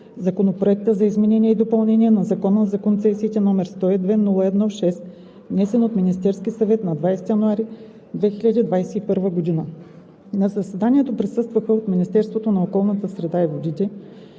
Законопроект за изменение и допълнение на Закона за концесиите, № 102-01-6, внесен от Министерския съвет на 20 януари 2021 г. На заседанието присъстваха от Министерството на околната среда и водите: